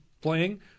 playing